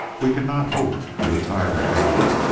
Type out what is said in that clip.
we cannot hope, in the time remaining,